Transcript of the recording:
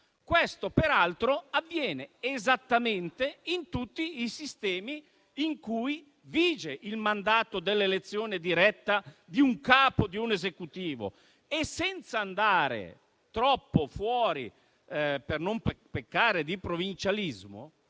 Questo peraltro avviene esattamente in tutti i sistemi in cui vige il mandato dell'elezione diretta del capo di un Esecutivo. Senza andare troppo fuori e per non peccare di provincialismo,